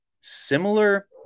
Similar